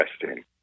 interesting